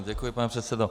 Děkuji, pane předsedo.